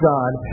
God